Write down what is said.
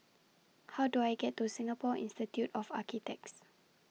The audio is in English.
How Do I get to Singapore Institute of Architects